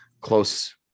close